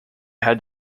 had